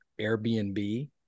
Airbnb